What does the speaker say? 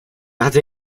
hatte